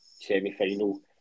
semi-final